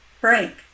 Frank